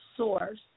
source